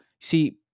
see